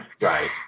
Right